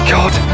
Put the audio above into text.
God